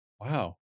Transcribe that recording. Wow